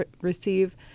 receive